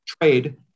trade